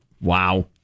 Wow